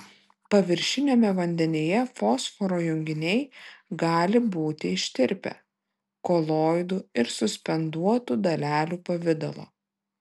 paviršiniame vandenyje fosforo junginiai gali būti ištirpę koloidų ir suspenduotų dalelių pavidalo